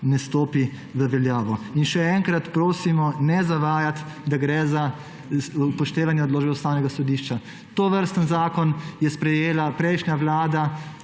ne stopi v veljavo. Še enkrat prosimo, ne zavajati, da gre za upoštevanje odločbe Ustavnega sodišča. Tovrsten zakon je sprejela prejšnja vlada